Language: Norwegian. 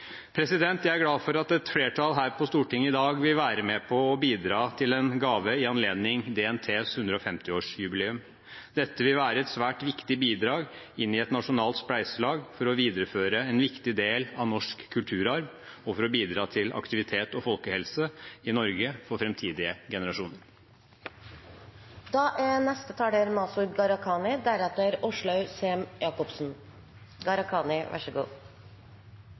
Jeg er glad for at et flertall på Stortinget i dag vil være med på å bidra til en gave i anledning DNTs 150-årsjubileum. Dette vil være et svært viktig bidrag inn i et nasjonalt spleiselag for å videreføre en viktig del av norsk kulturarv og for å bidra til aktivitet og folkehelse i Norge for framtidige generasjoner. Den Norske Turistforening er